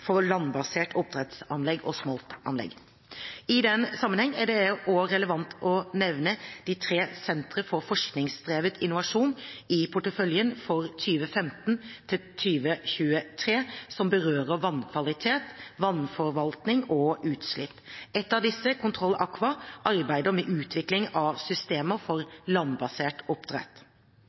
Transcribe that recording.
for landbaserte oppdrettsanlegg og smoltanlegg. I den sammenhengen er det også relevant å nevne at det er tre Sentre for forskningsdrevet innovasjon i porteføljen for 2015–2023 som berører vannkvalitet, vannforvaltning og utslipp. Ett av disse, CtrlAQUA, arbeider med utvikling av systemer for landbasert oppdrett.